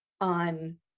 on